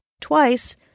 twice